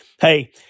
hey